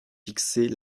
fixer